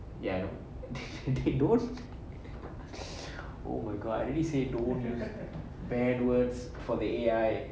ya I know தோஸ்த்:thosth don't oh my god I already say don't bad words for the A_I